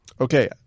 Okay